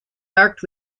marked